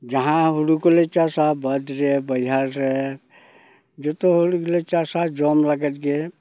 ᱡᱟᱦᱟᱸ ᱦᱩᱲᱩ ᱠᱚᱞᱮ ᱪᱟᱥᱟ ᱵᱟᱹᱫᱽ ᱨᱮ ᱵᱟᱹᱭᱦᱟᱹᱲ ᱨᱮ ᱡᱚᱛᱚ ᱦᱩᱲᱩ ᱜᱮᱞᱮ ᱪᱟᱥᱟ ᱡᱚᱢ ᱞᱟᱹᱜᱤᱫ ᱜᱮ